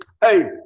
hey